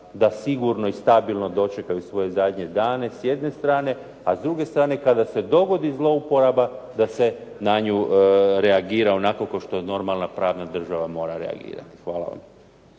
da sigurno i stabilno dočekaju svoje zadnje dane s jedne strane, a s druge strane, kada se dogodi zlouporaba da se na nju reagira onako kao što normalna pravna država mora reagirati. Hvala vam.